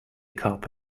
cup